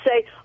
say